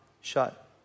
shut